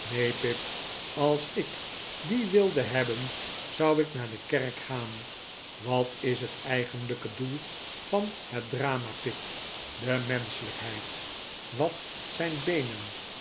als ik die wilde hebben zou ik naar de kerk gaan wat is het eigenlijke doel van het drama pip de menschelijkheid wat zijn beenen